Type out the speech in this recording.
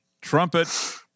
Trumpet